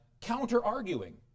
counter-arguing